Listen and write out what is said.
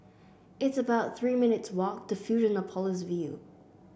it's about Three minutes' walk to Fusionopolis View